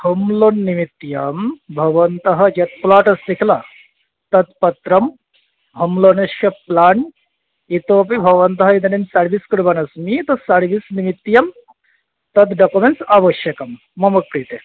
home loan निमित्तं भवन्तः यत् प्लाट् अस्ति किल तत् पत्रं हं लोनस्य प्लेन् इतोपि भवन्तः इदानीं भवन्तः सर्विस् कुर्वन्नस्मि तु सर्विस् निमित्तं तद् डाक्युमेण्ट्स् आवश्यकं मम कृते